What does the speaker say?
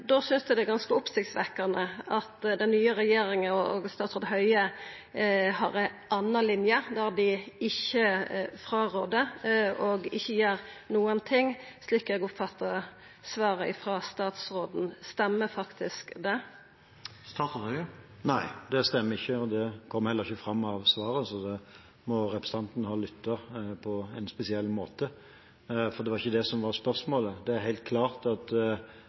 synest eg det er ganske oppsiktsvekkjande at den nye regjeringa og statsråd Høie har ei anna linje, der dei ikkje rår ifrå og ikkje gjer nokon ting, slik eg oppfattar svaret frå statsråden. Stemmer det? Nei, det stemmer ikke, og det kom heller ikke fram av svaret. Så da må representanten Toppe ha lyttet på en spesiell måte, for det var ikke det som var spørsmålet. Det er helt klart at